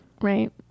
Right